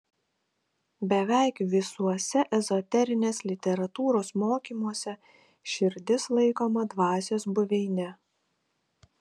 beveik visuose ezoterinės literatūros mokymuose širdis laikoma dvasios buveine